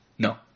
No